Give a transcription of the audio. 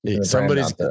somebody's